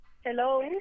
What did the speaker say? Hello